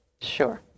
Sure